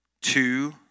two